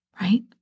right